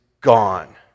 gone